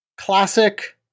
classic